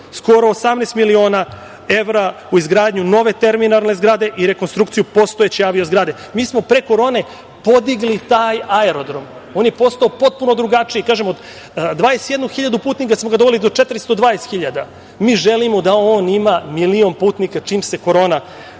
Skoro 18 miliona evra u izgradnju nove terminalne zgrade i rekonstrukciju postojeće avio zgrade. Mi smo pre korone podigli taj aerodrom, on je postao potpuno drugačiji. Kažem, od 21 hiljadu putnika smo doveli do 420 hiljada. Mi želimo da on ima milion putnika čim se korona